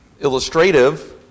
illustrative